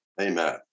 Amen